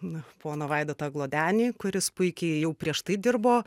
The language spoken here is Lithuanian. na poną vaidotą glodenį kuris puikiai jau prieš tai dirbo